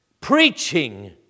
Preaching